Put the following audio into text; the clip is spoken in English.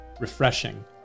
refreshing